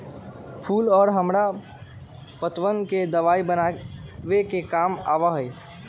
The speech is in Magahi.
फूल और हरा पत्तवन के दवाई बनावे के काम आवा हई